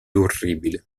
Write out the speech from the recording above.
orribile